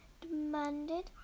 demanded